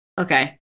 okay